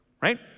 Right